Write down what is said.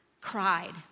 cried